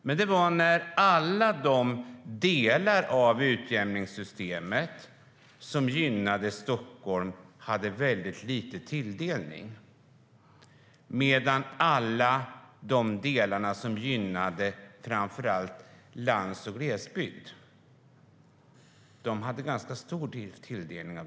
Men detta var när alla de delar av utjämningssystemet som gynnade Stockholm hade väldigt lite tilldelning, medan alla de delar som gynnade framför allt landsbygd och glesbygd hade ganska stor tilldelning.